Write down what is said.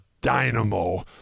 Dynamo